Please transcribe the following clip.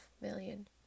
million